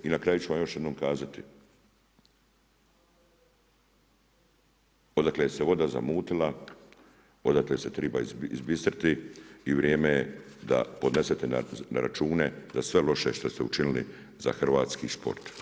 I na kraju ću vam još jednom kazati odakle se voda zamutila, odatle se triba izbistriti i vrijeme je da podnesete na račune za sve loše što ste učinili za hrvatski šport.